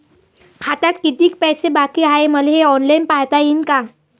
खात्यात कितीक पैसे बाकी हाय हे मले ऑनलाईन पायता येईन का?